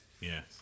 yes